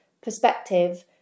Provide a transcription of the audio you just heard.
perspective